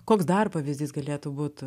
koks dar pavyzdys galėtų būt